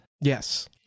Yes